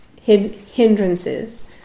hindrances